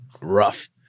Rough